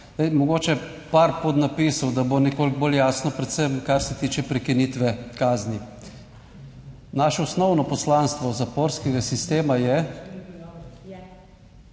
mogoče par podnapisov, da bo nekoliko bolj jasno, predvsem kar se tiče prekinitve kazni. Naše osnovno poslanstvo zaporskega sistema je,